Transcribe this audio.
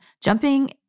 jumping